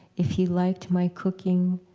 if he liked my cooking,